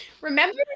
remember